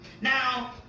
Now